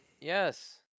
Yes